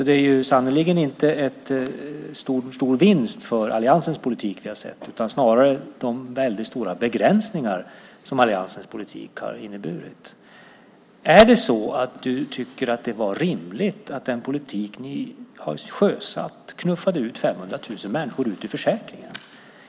Det är sannerligen inte en stor vinst för alliansens politik som vi har sett, utan det är snarare stora begränsningar som alliansens politik har inneburit. Tycker du att det är rimligt att den politik ni har sjösatt knuffade ut 500 000 människor ur försäkringen?